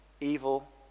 evil